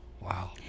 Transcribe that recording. wow